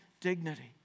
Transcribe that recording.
dignity